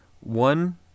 One